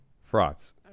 frauds